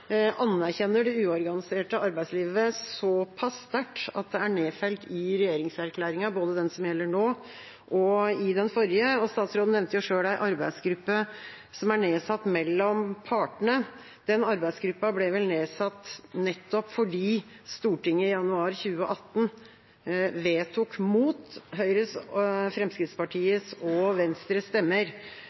anerkjenner det uorganiserte arbeidslivet såpass sterkt at det er nedfelt i regjeringserklæringen, både den som gjelder nå, og i den forrige. Statsråden nevnte selv her en arbeidsgruppe som er nedsatt mellom partene. Den arbeidsgruppa ble vel nedsatt nettopp fordi Stortinget i januar 2018 vedtok – mot Høyre, Fremskrittspartiet og Venstres stemmer